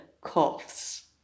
coughs